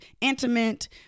intimate